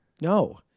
No